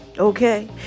Okay